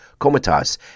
Komitas